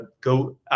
go